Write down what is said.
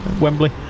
Wembley